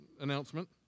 announcement